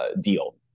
deal